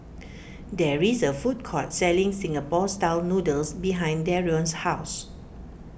there is a food court selling Singapore Style Noodles behind Darion's house